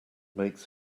makes